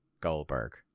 Goldberg